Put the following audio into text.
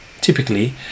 Typically